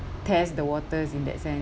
test the waters in that sense